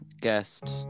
guest